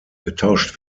getauscht